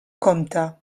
compte